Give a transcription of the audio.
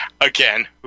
again